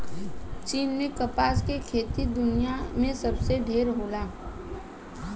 चीन में कपास के खेती दुनिया में सबसे ढेर होला